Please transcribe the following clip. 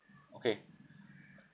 okay